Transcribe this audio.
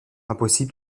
impossible